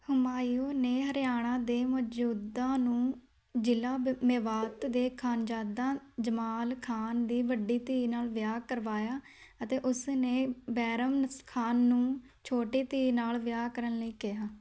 ਹੁਮਾਯੂੰ ਨੇ ਹਰਿਆਣਾ ਦੇ ਮੌਜੂਦਾ ਨੂੰ ਜ਼ਿਲ੍ਹਾ ਬ ਮੇਵਾਤ ਦੇ ਖਾਨਜਾਦਾ ਜਮਾਲ ਖਾਨ ਦੀ ਵੱਡੀ ਧੀ ਨਾਲ ਵਿਆਹ ਕਰਵਾਇਆ ਅਤੇ ਉਸ ਨੇ ਬੈਰਮਸ ਖਾਨ ਨੂੰ ਛੋਟੀ ਧੀ ਨਾਲ ਵਿਆਹ ਕਰਨ ਲਈ ਕਿਹਾ